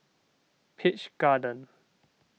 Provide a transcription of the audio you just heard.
Peach Garden